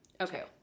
Okay